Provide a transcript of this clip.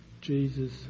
Jesus